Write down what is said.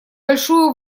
большую